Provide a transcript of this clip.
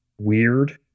Weird